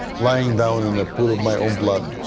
lying down in a pool of my own blood,